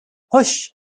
hush